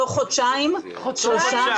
תוך חודשיים-שלושה --- חודשיים, אוקיי.